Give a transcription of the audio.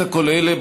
על רקע כל אלה,